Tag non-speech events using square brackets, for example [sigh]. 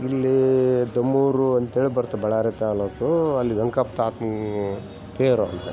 ಇಲ್ಲೀ ದಮ್ಮೂರು ಅಂತೇಳಿ ಬರ್ತ್ರು ಬಳ್ಳಾರಿ ತಾಲೂಕು ಅಲ್ಲಿ [unintelligible] ತೇರು ಅಂತ